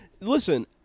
Listen